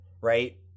right